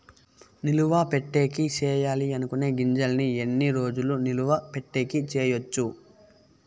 నిలువ పెట్టేకి సేయాలి అనుకునే గింజల్ని ఎన్ని రోజులు నిలువ పెట్టేకి చేయొచ్చు